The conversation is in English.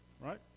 right